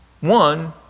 one